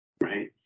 right